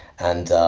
and